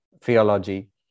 theology